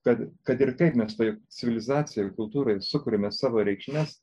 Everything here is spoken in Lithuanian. kad kad ir kaip mes toj civilizacijoj ir kultūroj sukuriame savo reikšmes